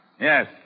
Yes